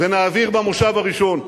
ונעביר במושב הראשון.